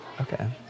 Okay